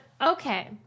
okay